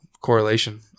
correlation